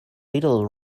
little